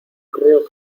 creo